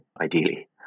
ideally